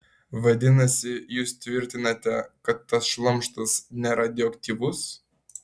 vadinasi jūs tvirtinate kad tas šlamštas neradioaktyvus